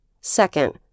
Second